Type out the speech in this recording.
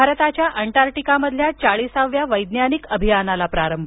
भारताच्या अंटार्क्टिकामधल्या चाळीसाव्या वैज्ञानिक अभियानाला प्रारंभ